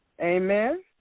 Amen